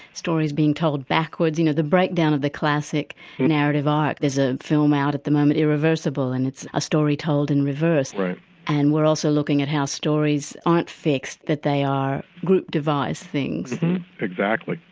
stories being told backwards, you know the breakdown of the classic narrative art. there's a film out at the moment, irreversible, and it's a story told in reverse and we're also looking at how stories aren't fixed, that they are group devised things exactly,